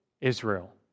Israel